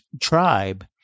tribe